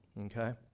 Okay